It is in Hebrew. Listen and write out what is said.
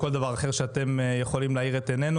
כל דבר אחר שאתם יכולים להאיר את עינינו,